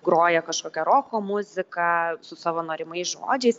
groja kažkokią roko muziką su savo norimais žodžiais